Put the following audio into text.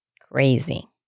Crazy